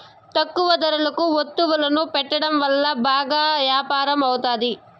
తక్కువ ధరలకు వత్తువులను పెట్టడం వల్ల బాగా యాపారం అవుతాది